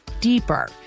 deeper